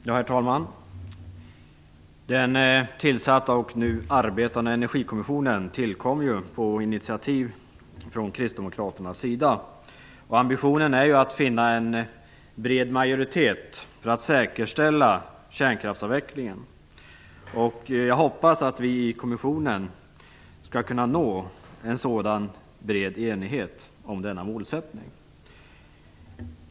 Herr talman! Den tillsatta och nu arbetande Energikommissionen tillkom på initiativ av kristdemokraterna. Ambitionen är att finna en bred majoritet för att säkerställa kärnkraftsavvecklingen. Jag hoppas att vi i kommissionen skall kunna nå en sådan bred enighet om denna målsättning.